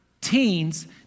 teens